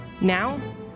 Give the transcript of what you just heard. Now